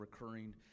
recurring